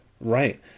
Right